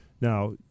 Now